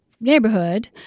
neighborhood